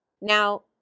Now